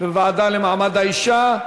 לוועדה למעמד האישה.